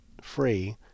free